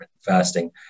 fasting